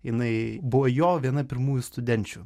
jinai buvo jo viena pirmųjų studenčių